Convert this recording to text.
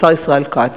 השר ישראל כץ,